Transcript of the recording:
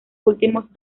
últimos